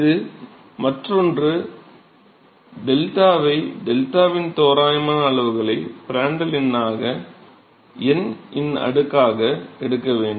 இது மற்றொன்று 𝝙 வை 𝝙t வின் தோராயமான அளவுகளை பிராண்டல் எண்ணாக n இன் அடுக்காக எடுக்க வேண்டும்